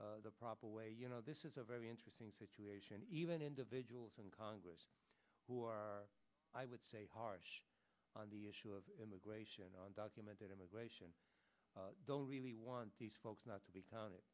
this the proper way you know this is a very interesting situation even individuals in congress who are i would say harsh on the issue of immigration and documented immigration don't really want these folks not to be counted